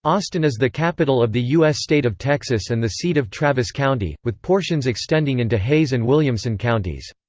austin is the capital of the u s. state of texas and the seat of travis county, with portions extending into hays and williamson counties.